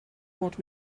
what